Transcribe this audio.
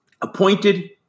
appointed